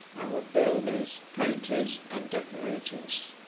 and were builders, painters and decorators